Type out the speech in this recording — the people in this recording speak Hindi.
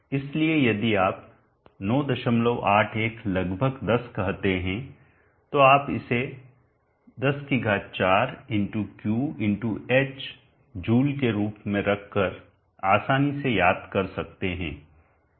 इसलिए यदि आप 981 लगभग 10 कहते हैं तो आप इसे 104 × Q × h जूल के रूप में रखकर आसानी से याद कर सकते हैं